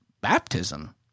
baptism